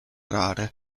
rare